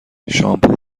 شامپو